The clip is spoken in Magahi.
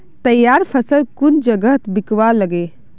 तैयार फसल कुन जगहत बिकवा लगे?